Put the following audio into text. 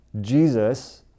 Jesus